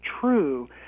true